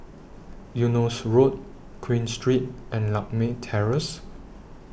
Eunos Road Queen Street and Lakme Terrace